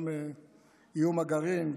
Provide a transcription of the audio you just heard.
גם איום הגרעין,